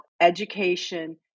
education